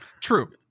True